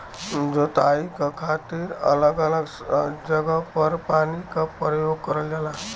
जोताई क खातिर अलग अलग जगह पर पानी क परयोग करल जाला